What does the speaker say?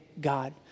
God